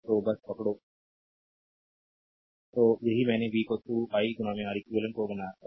slide time देखें 3126 तो यही मैंने v i Req को बताया